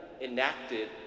enacted